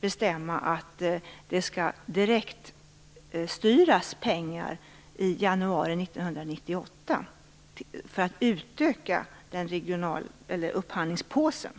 bestämma att pengar skall direktstyras i januari 1998 för att utöka upphandlingspåsen.